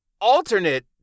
alternate